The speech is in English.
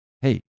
hey